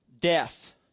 death